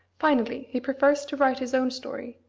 finally, he prefers to write his own story,